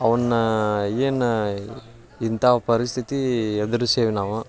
ಅವನ್ನ ಏನೋ ಇಂಥ ಪರಿಸ್ಥಿತಿ ಎದುರ್ಸ್ತೇವ್ ನಾವು